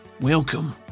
welcome